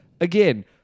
again